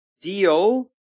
deal